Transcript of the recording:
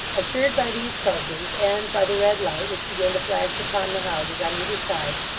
assured by these tokens, and by the red light which began to flash upon the houses on either side,